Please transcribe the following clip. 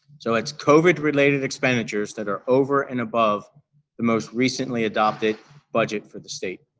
so, that's covid-related expenditures that are over and above the most recently adopted budget for the state.